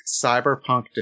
cyberpunk